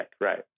right